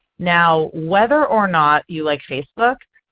now whether or not you like facebook,